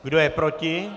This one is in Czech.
Kdo je proti?